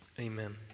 Amen